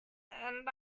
and